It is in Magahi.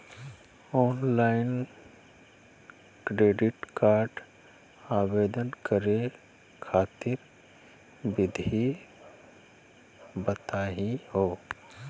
ऑनलाइन क्रेडिट कार्ड आवेदन करे खातिर विधि बताही हो?